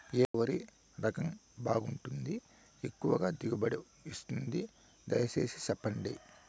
ఏ వరి రకం బాగుంటుంది, ఎక్కువగా దిగుబడి ఇస్తుంది దయసేసి చెప్పండి?